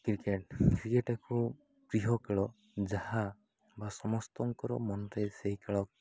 cricket cricket ଏକ ପ୍ରିୟ ଖେଳ ଯାହା ବା ସମସ୍ତଙ୍କର ମନରେ ସେହି ଖେଳ